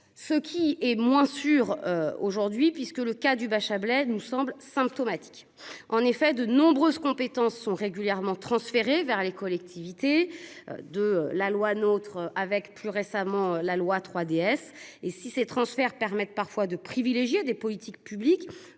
Ce qui est moins sûr aujourd'hui puisque le cas du Bacha Blaise nous semble symptomatique en effet de nombreuses compétences sont régulièrement transférés vers les collectivités de la loi notre avec plus récemment la loi 3DS et si ces transferts permettent parfois de privilégier des politiques publiques.